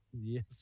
Yes